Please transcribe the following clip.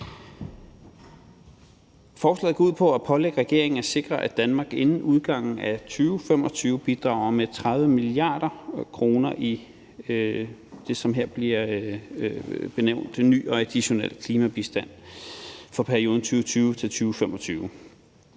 Forslaget går ud på at pålægge regeringen at sikre, at Danmark inden udgangen af 2025 bidrager med 30 mia. kr. i det, som her bliver benævnt »ny og additionel klimabistand for perioden 2020